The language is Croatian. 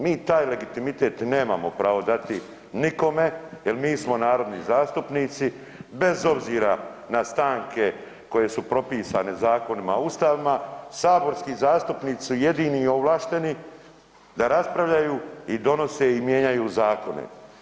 Mi taj legitimitet nemamo pravo dati nikome jel mi smo narodni zastupnici bez obzira na stanke koje su propisane zakonima, ustavima, saborski zastupnici su jedini ovlašteni da raspravljaju i donose i mijenjaju zakone.